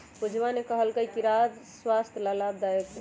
पूजवा ने कहल कई कि राई स्वस्थ्य ला लाभदायक हई